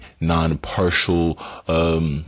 non-partial